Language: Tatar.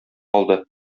алды